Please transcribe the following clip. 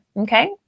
Okay